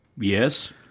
Yes